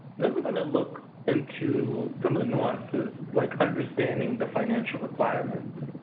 then we're gonna look into some of the nuances like understanding the financial requirements.